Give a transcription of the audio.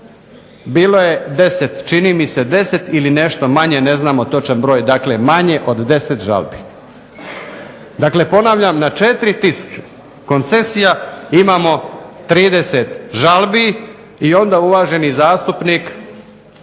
Bilo je 10, čini mi se 10 ili nešto manje, ne znamo točan broj, dakle manje od 10 žalbi. Dakle ponavljam na 4 tisuće koncesija imamo 30 žalbi, i onda uvaženi zastupnik